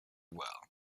well